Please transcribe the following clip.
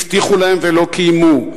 הבטיחו להם ולא קיימו.